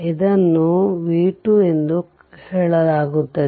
ಇದನ್ನು v 2 ಎಂದು ಹೇಳಲಾಗುತ್ತದೆ